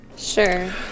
Sure